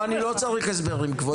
אני לא צריך הסברים, כבודו.